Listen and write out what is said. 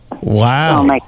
Wow